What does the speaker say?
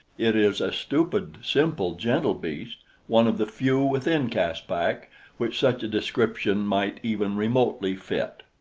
it is a stupid, simple, gentle beast one of the few within caspak which such a description might even remotely fit.